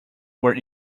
were